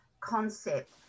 concept